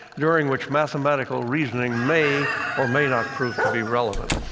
during which mathematical reasoning may or may not prove to be relevant.